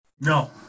No